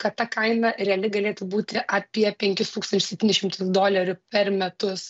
kad ta kaina reali galėtų būti apie penkis tūkstančius septynis šimtus dolerių per metus